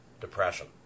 depression